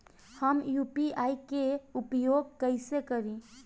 हम यू.पी.आई के उपयोग कइसे करी?